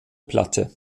platte